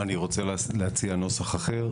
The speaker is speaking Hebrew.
אני רוצה להציע נוסח אחר.